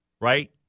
right